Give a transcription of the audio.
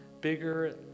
bigger